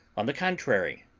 on the contrary,